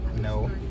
no